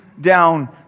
down